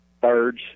birds